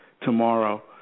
Tomorrow